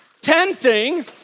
tenting